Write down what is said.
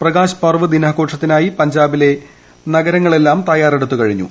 പ്രകാശ പർവ്വ് ദിനാഘോഷത്തിനായി പഞ്ചാബിലെ നഗരങ്ങളെല്ലാം തയ്യാറെടുത്തു കഴിഞ്ഞു